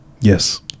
yes